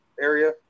area